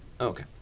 Okay